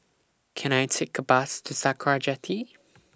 Can I Take A Bus to Sakra Jetty